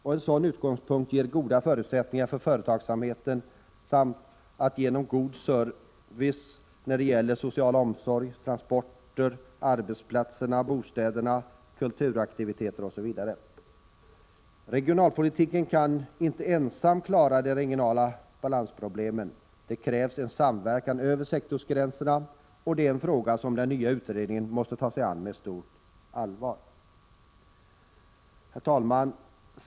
En sådan utgångspunkt ger goda förutsättningar för företagsamheten samt för en god service när det gäller social omsorg, transporter, arbetsplatser, bostäder, kulturaktiviteter osv. Regionalpolitiken kan inte ensam klara de regionala balansproblemen. Det krävs en samverkan över sektorsgränserna, och det är en fråga som den nya utredningen måste ta sig an med stort allvar. Herr talman!